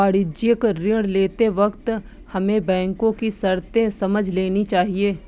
वाणिज्यिक ऋण लेते वक्त हमें बैंको की शर्तें समझ लेनी चाहिए